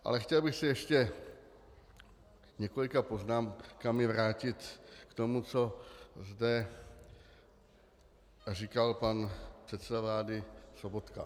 Ale chtěl bych se ještě několika poznámkami vrátit k tomu, co zde říkal pan předseda vlády Sobotka.